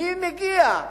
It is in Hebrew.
מי מגיע?